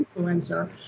influencer